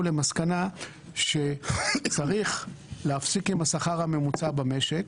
למסקנה שצריך להפסיק עם השכר הממוצע במשק,